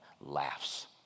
laughs